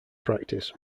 practice